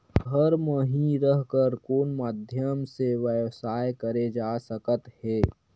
घर म हि रह कर कोन माध्यम से व्यवसाय करे जा सकत हे?